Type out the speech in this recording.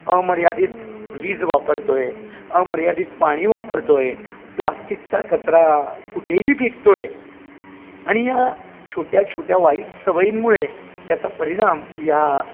अमर्यादित वीज वापरतो आहे अमर्यादित पाणी वापरतो आहे प्लास्टिकचा कचरा कुठेही फेकतो आहे आणि या छोट्या छोट्या वाईट सवयींमुळे त्याचा परिणाम या